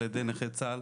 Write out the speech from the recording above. על ידי נכי צה"ל.